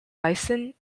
bison